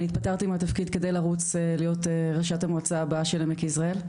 אני התפטרתי מהתפקיד כדי לרוץ להיות ראשת המועצה הבאה של עמק יזרעאל.